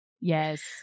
Yes